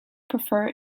prefer